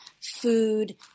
food